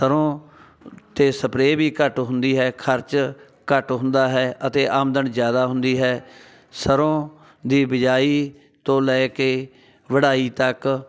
ਸਰੋਂ 'ਤੇ ਸਪਰੇ ਵੀ ਘੱਟ ਹੁੰਦੀ ਹੈ ਖਰਚ ਘੱਟ ਹੁੰਦਾ ਹੈ ਅਤੇ ਆਮਦਨ ਜ਼ਿਆਦਾ ਹੁੰਦੀ ਹੈ ਸਰ੍ਹੋਂ ਦੀ ਬਿਜਾਈ ਤੋਂ ਲੈ ਕੇ ਵਢਾਈ ਤੱਕ